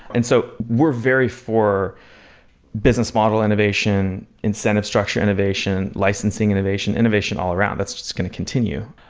and so we're very for business model innovation, incentive structure innovation, licensing innovation, innovation all around. that's just going to continue.